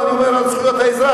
אני אומר על זכויות האזרח,